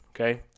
Okay